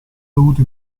dovuto